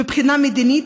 מבחינה מדינית,